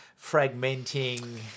fragmenting